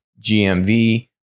GMV